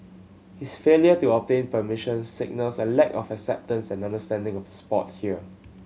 his failure to obtain permission signals a lack of acceptance and understanding of the sport here